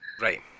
Right